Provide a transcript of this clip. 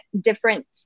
different